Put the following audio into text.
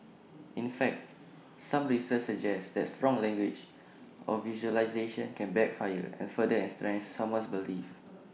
in fact some research suggests that strong language or visualisations can backfire and further entrench someone's beliefs